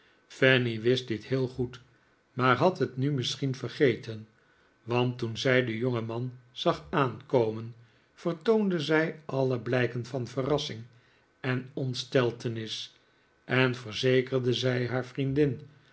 fanny wist dit heel goed maar had het nu misschien vergeten want toen zij den jongeman zag aankomen vertoonde zij alle blijken van verrassing en ontsteltenis en verzekerde zij haar vriendin